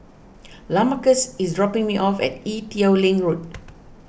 Lamarcus is dropping me off at Ee Teow Leng Road